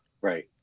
Right